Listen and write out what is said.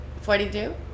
Forty-two